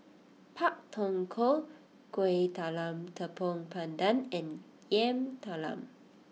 Pak Thong Ko Kueh Talam Tepong Pandan and Yam Talam